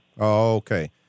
Okay